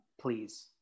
Please